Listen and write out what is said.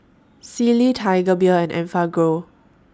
Sealy Tiger Beer and Enfagrow